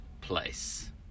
place